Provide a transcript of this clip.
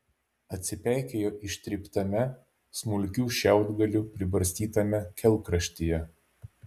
atsipeikėjo ištryptame smulkių šiaudgalių pribarstytame kelkraštyje